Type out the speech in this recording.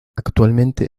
actualmente